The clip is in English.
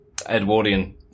Edwardian